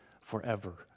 forever